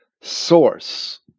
source